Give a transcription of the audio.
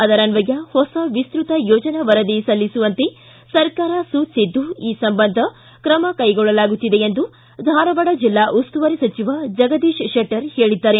ಅದರನ್ವಯ ಹೊಸ ವಿಸ್ತೃತ ಯೋಜನಾ ವರದಿ ಸಲ್ಲಿಸುವಂತೆ ಸರ್ಕಾರ ಸೂಚಿಸಿದ್ದು ಈ ಸಂಬಂಧ ಕ್ರಮ ಕೈಗೊಳ್ಳಲಾಗುತ್ತಿದೆ ಎಂದು ಧಾರವಾಡ ಜಿಲ್ಲಾ ಉಸ್ತುವಾರಿ ಸಚಿವ ಜಗದೀಶ ಶೆಟ್ಟರ್ ಹೇಳಿದ್ದಾರೆ